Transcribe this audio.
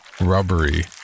rubbery